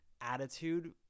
attitude